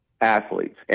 athletes